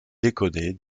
décoder